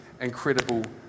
incredible